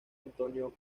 antonio